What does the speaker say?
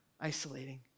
isolating